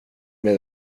med